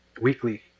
weekly